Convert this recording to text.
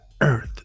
earth